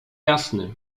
jasny